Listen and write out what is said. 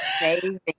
Amazing